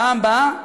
בפעם הבאה,